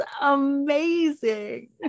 amazing